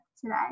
today